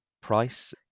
Price